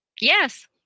yes